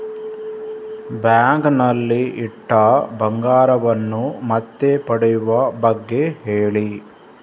bank ನಲ್ಲಿ ಇಟ್ಟ ಬಂಗಾರವನ್ನು ಮತ್ತೆ ಪಡೆಯುವ ಬಗ್ಗೆ ಹೇಳಿ